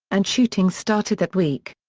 and shooting started that week.